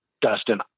Dustin